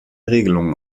regelungen